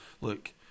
look